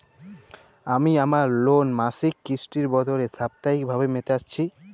আমি আমার লোন মাসিক কিস্তির বদলে সাপ্তাহিক ভাবে মেটাচ্ছি